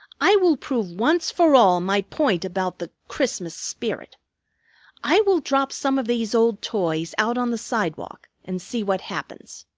i will prove once for all my point about the christmas spirit i will drop some of these old toys out on the sidewalk and see what happens.